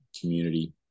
community